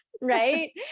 Right